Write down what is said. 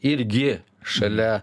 irgi šalia